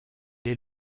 est